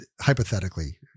hypothetically